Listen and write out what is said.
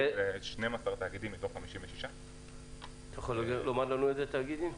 ב-12 תאגידים מתוך 56. אתה יכול לומר לנו באלו תאגידים?